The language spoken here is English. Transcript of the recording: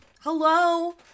Hello